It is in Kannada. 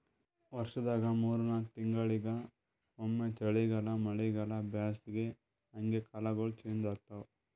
ವರ್ಷದಾಗ್ ಮೂರ್ ನಾಕ್ ತಿಂಗಳಿಂಗ್ ಒಮ್ಮ್ ಚಳಿಗಾಲ್ ಮಳಿಗಾಳ್ ಬ್ಯಾಸಗಿ ಹಂಗೆ ಕಾಲ್ಗೊಳ್ ಚೇಂಜ್ ಆತವ್